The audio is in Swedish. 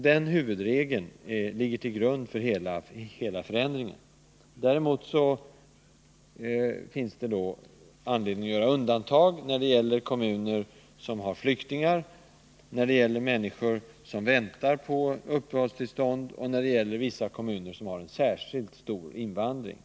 Det finns dock anledning att göra undantag från huvudprincipen när det gäller flyktingar och människor som väntar på uppehållstillstånd, och när det gäller vissa kommuner som under kort tid har haft särskilt stor invandring.